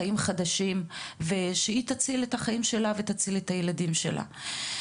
חיים חדשים ושהיא תציל את החיים שלה ותציל את הילדים שלה.